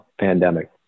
pandemic